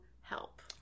help